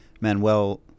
Manuel